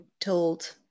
told